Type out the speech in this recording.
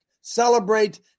celebrate